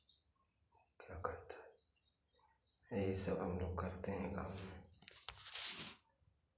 क्या कहते हैं यही सब हम लोग करते हैं गाँव में